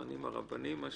הטוענים הרבניים.